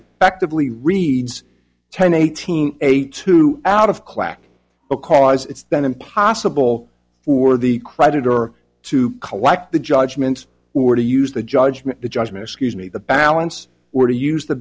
actively reads ten eighteen eight out of clack because it's then impossible for the creditor to collect the judgment or to use the judgment the judgment excuse me the balance or to use the